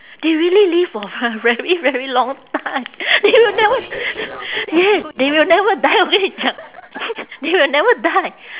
they really live for a ve~ very very long time they will never yes they will never die of i~ they will never die